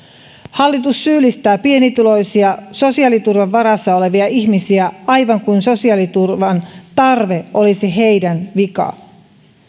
hallitus syyllistää pienituloisia sosiaaliturvan varassa olevia ihmisiä aivan kuin sosiaaliturvan tarve olisi heidän vikansa